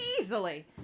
Easily